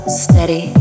steady